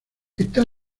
está